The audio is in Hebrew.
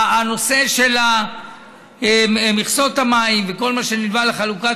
הנושא של מכסות המים וכל מה שנלווה לחלוקת